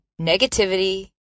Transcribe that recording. negativity